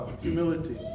humility